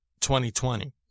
2020